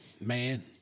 man